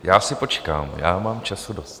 Já si počkám, já mám času dost.